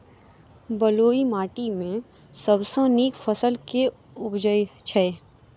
बलुई माटि मे सबसँ नीक फसल केँ उबजई छै?